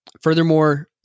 Furthermore